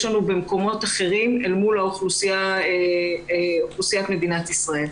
לנו במקומות אחרים אל מול אוכלוסיית מדינת ישראל.